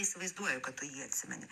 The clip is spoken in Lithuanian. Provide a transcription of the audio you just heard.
įsivaizduoju kad tu jį atsimeni